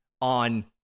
on